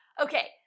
Okay